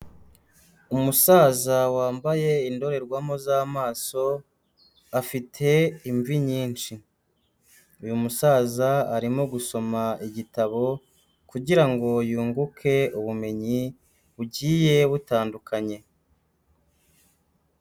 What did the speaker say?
Umusaza wambaye indorerwamo z'amaso afite imvi nyinshi, uyu musaza arimo gusoma igitabo kugira ngo yunguke ubumenyi bugiye butandukanye.